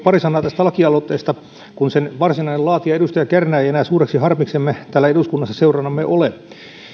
pari sanaa tästä lakialoitteesta kun sen varsinainen laatija edustaja kärnä ei enää suureksi harmiksemme täällä eduskunnassa seuranamme ole